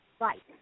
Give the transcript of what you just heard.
right